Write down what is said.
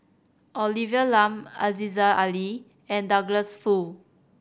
Olivia Lum Aziza Ali and Douglas Foo